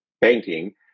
banking